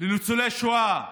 לניצולי שואה,